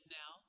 now